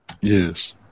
Yes